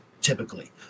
typically